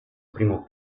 primo